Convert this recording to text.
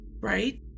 Right